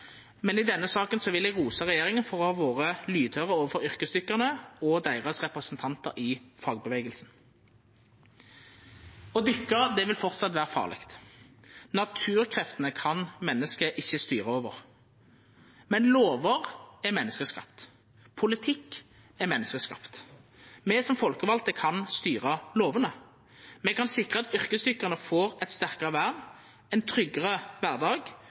men i denne saka vil eg rosa regjeringa for å ha vore lydhøyr overfor yrkesdykkarane og deira representantar i fagbevegelsen. Å dykka vil framleis vera farleg. Naturkreftene kan mennesket ikkje styra over. Men lovar er menneskeskapte. Politikk er menneskeskapt. Me som folkevalde kan styra lovane. Me kan sikra at yrkesdykkarane får eit sterkare vern, ein tryggare